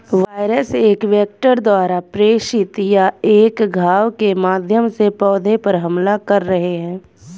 virus एक vector द्वारा प्रेषित या एक घाव के माध्यम से पौधे पर हमला कर रहे हैं